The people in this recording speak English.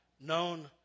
known